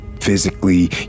physically